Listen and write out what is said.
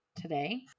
today